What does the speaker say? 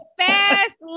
fast